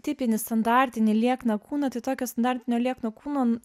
tipinį standartinį liekną kūną tai tokio standartinio liekno kūno